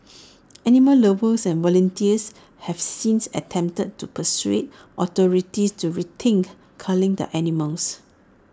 animal lovers and volunteers have since attempted to persuade authorities to rethink culling the animals